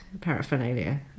paraphernalia